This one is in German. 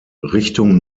richtung